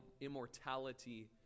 immortality